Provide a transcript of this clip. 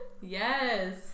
Yes